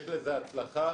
יש לזה הצלחה,